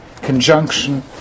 conjunction